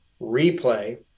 replay